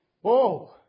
Whoa